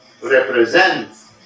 represents